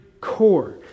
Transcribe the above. core